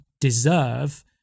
deserve